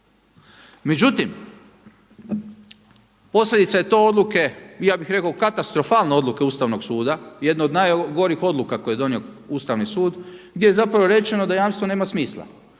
Međutim, posljedica je to odluke i ja bih rekao katastrofalne odluke Ustavnog suda, jedne od najgorih odluka koje je donio Ustavni sud gdje je zapravo rečeno da jamstvo nema smisla.